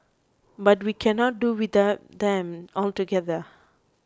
but we cannot do without them altogether